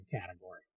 category